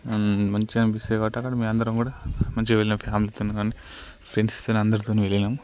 and మంచిగా అనిపిస్తుంది కాబట్టి అక్కడ మేము అందరం కూడా మంచిగా వెళ్ళినా ఫ్యామిలీతో కానీ ఫ్రెండ్స్తోనీ అందరితోనీ వెళ్ళినాం